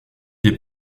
des